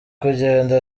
kugenda